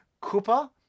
Cooper